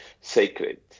sacred